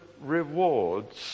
rewards